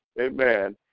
amen